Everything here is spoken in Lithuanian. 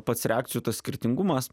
pats reakcijų tas skirtingumas